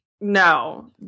no